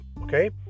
okay